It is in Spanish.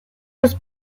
los